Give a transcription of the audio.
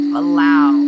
allow